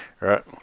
right